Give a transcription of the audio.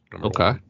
okay